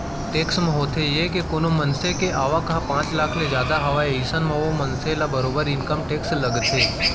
tax म होथे ये के कोनो मनसे के आवक ह पांच लाख ले जादा हावय अइसन म ओ मनसे ल बरोबर इनकम टेक्स लगथे